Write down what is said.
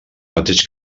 mateix